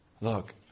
Look